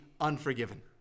unforgiven